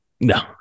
No